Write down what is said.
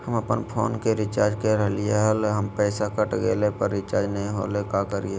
हम अपन फोन के रिचार्ज के रहलिय हल, पैसा कट गेलई, पर रिचार्ज नई होलई, का करियई?